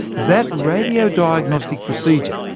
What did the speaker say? that radio-diagnostic procedure,